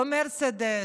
לא מרצדס,